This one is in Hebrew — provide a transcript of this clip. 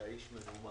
אתה איש מנומס.